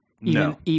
No